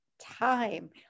time